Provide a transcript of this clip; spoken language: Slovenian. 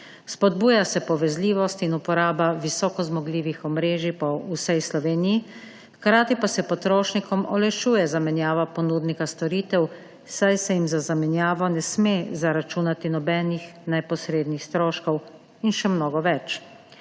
Spodbuja se povezljivost in uporaba visokozmogljivih omrežij po vsej Sloveniji, hkrati pa se potrošnikom olajšuje zamenjava ponudnika storitev, saj se jim za zamenjavo ne smejo zaračunati nobeni neposredni stroški, in še mnogo več.